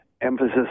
emphasis